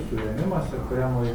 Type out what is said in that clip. suėmimas ir kuriam laikui